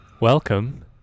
Welcome